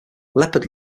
leopard